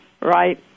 right